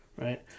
right